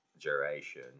duration